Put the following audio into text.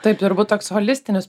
taip turbūt toks holistinis